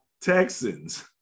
Texans